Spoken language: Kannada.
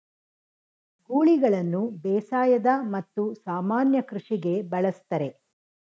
ಗೂಳಿಗಳನ್ನು ಬೇಸಾಯದ ಮತ್ತು ಸಾಮಾನ್ಯ ಕೃಷಿಗೆ ಬಳಸ್ತರೆ